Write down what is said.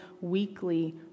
weekly